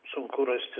sunku rasti